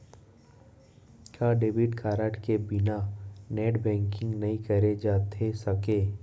का debit card के बिना नेट बैंकिंग नई करे जाथे सके?